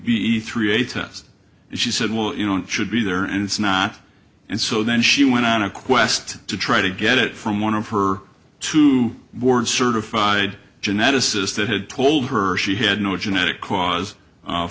ve three a test and she said well you know it should be there and it's not and so then she went on a quest to try to get it from one of her two board certified geneticists that had told her she had no genetic cause